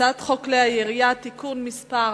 הצעת חוק כלי הירייה (תיקון מס'